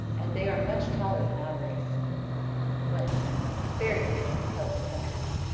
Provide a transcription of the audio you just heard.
and they are much taller than our race wentz fairy-faith in celtic countries.